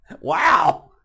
Wow